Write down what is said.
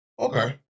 Okay